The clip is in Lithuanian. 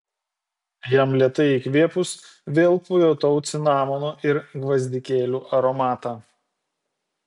jam lėtai įkvėpus vėl pajutau cinamono ir gvazdikėlių aromatą